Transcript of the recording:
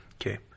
Okay